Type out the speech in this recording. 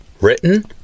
Written